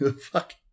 fuck